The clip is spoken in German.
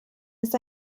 ist